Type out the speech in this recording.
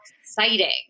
exciting